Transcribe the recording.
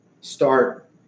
start